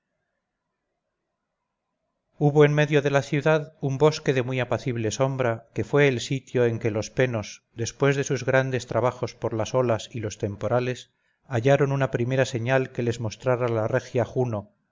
hubo en medio de la ciudad un bosque de muy apacible sombra que fue el sitio en que los penos después de sus grandes trabajos por las olas y los temporales hallaron una primera señal que les mostrara la regia juno